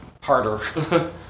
Harder